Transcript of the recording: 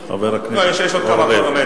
לא, יש, יש עוד כמה פרמטרים.